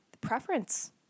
preference